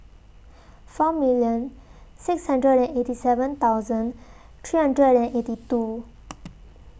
four million six hundred and eighty seven thousand three hundred and eighty two